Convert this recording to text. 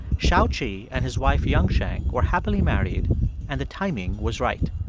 shaoqi and his wife yangcheng were happily married and the timing was right.